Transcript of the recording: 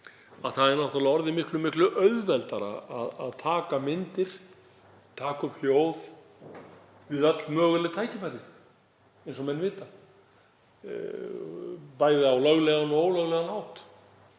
að það er orðið miklu auðveldara að taka myndir, taka upp hljóð við öll möguleg tækifæri, eins og menn vita, bæði á löglegan og ólöglegan hátt.